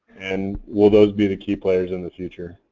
and will those be the key players in the future?